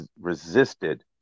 resisted